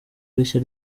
rishya